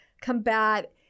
combat